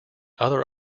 other